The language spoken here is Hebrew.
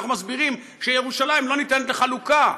אנחנו מסבירים שירושלים לא ניתנת לחלוקה,